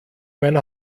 mein